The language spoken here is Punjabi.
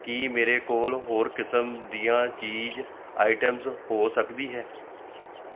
ਕੀ ਮੇਰੇ ਕੋਲ ਹੋਰ ਕਿਸਮ ਦੀਆਂ ਚੀਜ਼ ਆਈਟਮਜ਼ ਹੋ ਸਕਦੀ ਹੈ